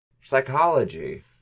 psychology